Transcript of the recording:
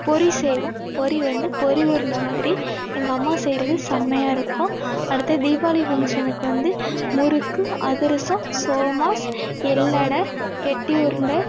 பொரி செய்வோம் பொரி வந்து பொரி உருண்டை மாதிரி எங்கள் அம்மா செய்யறது செம்மையாக இருக்கும் அடுத்து தீபாவளி ஃபங்ஷனுக்கு வந்து முறுக்கு அதிரசம் சோமாஸ் எள்ளடை கெட்டி உருண்டை